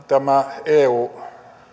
tämä eu